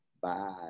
Bye